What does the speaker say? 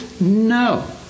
No